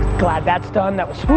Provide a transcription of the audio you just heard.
glad that's done, that was woof.